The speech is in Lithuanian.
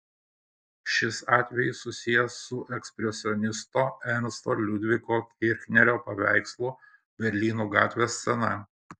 ši atvejis susijęs su ekspresionisto ernsto liudviko kirchnerio paveikslu berlyno gatvės scena